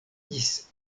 ĝis